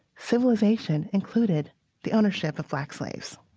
civilization included the ownership of black slaves